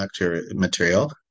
material